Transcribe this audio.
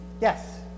yes